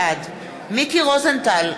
בעד מיקי רוזנטל,